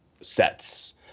sets